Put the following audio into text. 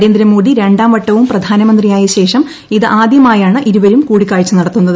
നരേന്ദ്രമോഡി രണ്ടാം വട്ടവും പ്രധാനമന്ത്രിയായ ശേഷം ഇതാദ്യമായാണ് ഇരുവരും കൂടിക്കാഴ്ച നടത്തുന്നത്